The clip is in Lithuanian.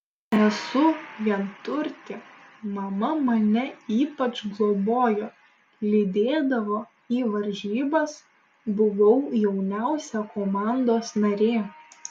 esu vienturtė mama mane ypač globojo lydėdavo į varžybas buvau jauniausia komandos narė